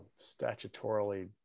statutorily